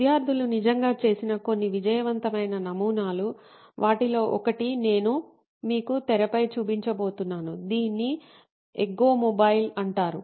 విద్యార్థులు నిజంగా చేసిన కొన్ని విజయవంతమైన నమూనాలు వాటిలో ఒకటి నేను మీకు తెరపై చూపించబోతున్నాను దీన్ని ఎగ్గోమొబైల్ అంటారు